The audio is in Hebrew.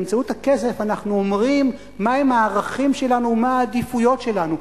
באמצעות הכסף אנחנו אומרים מהם הערכים שלנו ומה העדיפויות שלנו.